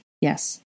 Yes